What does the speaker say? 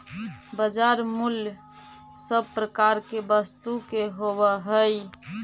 बाजार मूल्य सब प्रकार के वस्तु के होवऽ हइ